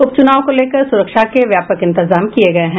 उपचुनाव को लेकर सुरक्षा के व्यापक इंतजाम किये गये हैं